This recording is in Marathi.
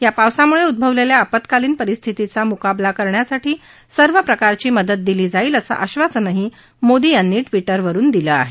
या पावसामुळे उद्ववलेल्या आपत्कालीन परिस्थितीचा मुकाबला करण्यासाठी सर्व प्रकारची मदत दिली जाईल असंही आधासनही मोदी यांनी ट्विटरवरुन दिलं आहे